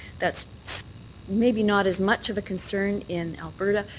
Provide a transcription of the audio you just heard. that's maybe not as much of a concern in alberta.